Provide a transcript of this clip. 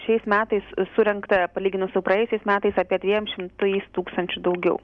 šiais metais surinkta palyginus su praėjusiais metais apie dviem šimtais tūkstančių daugiau